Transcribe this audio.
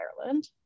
Ireland